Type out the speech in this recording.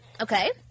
Okay